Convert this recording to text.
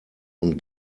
und